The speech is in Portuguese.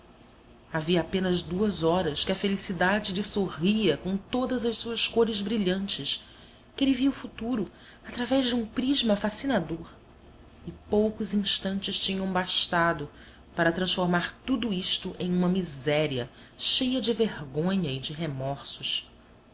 havia apenas duas horas que a felicidade lhe sorria com todas as suas cores brilhantes que ele via o futuro através de um prisma fascinador e poucos instantes tinham bastado para transformar tudo isto em uma miséria cheia de vergonha e de remorsos